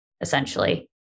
essentially